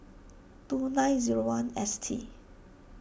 two nine zero one S T